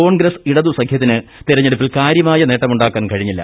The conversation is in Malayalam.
കോൺഗ്രസ് ഇടതു സഖ്യത്തിന് തെരഞ്ഞെടുപ്പിൽ കാര്യമായ നേട്ടമുണ്ടാക്കാൻ കഴിഞ്ഞില്ല